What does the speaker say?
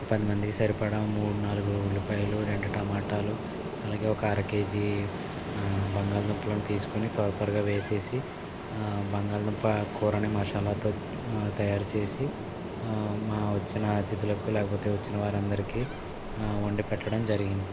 ఒక పదిమందికి సరిపడా మూడు నాలుగు ఉల్లిపాయలు రెండు టమాటాలు అలాగే ఒక అరకేజీ బంగాళ దుంపలను తీసుకొని త్వర త్వరగా వేసేసి బంగాళదుంప కూరని మసాలాతో తయారుచేసి మా వచ్చిన అతిథులకు లేకపోతే వచ్చిన వారందరికీ వండి పెట్టడం జరిగింది